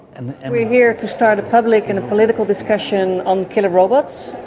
and and we're here to start a public and a political discussion on killer robots,